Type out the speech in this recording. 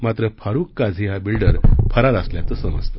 मात्र फारुख काझी हा बिल्डर फरार असल्याचं समजतं